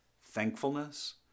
Thankfulness